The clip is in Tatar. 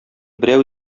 берәү